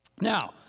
Now